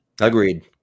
Agreed